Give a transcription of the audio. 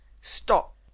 Stop